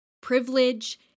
privilege